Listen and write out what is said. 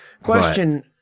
Question